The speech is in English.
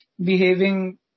behaving